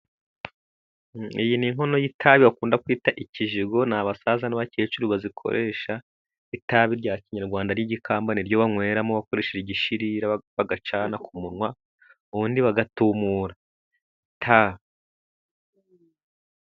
Iyi ni inkono y'itabi bakunda kwita ikijigo. Ni abasaza n'abakecuru bazikoresha. Itabi rya kinyarwanda ry'ikamba niryo banyweramo, bakoresheje igishirira bagacana ku munwa ubundi bagatumura itabi.